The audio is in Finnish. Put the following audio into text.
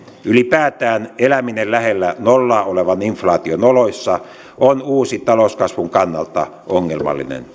ylipäätään eläminen lähellä nollaa olevan inflaation oloissa on uusi talouskasvun kannalta ongelmallinen